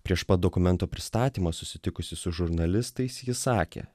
prieš pat dokumento pristatymo susitikusi su žurnalistais ji sakė